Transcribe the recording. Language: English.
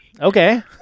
Okay